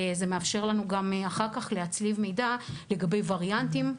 זה מאפשר לנו גם אחר כך להצליב מידע לגבי וריאנטים,